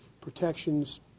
protections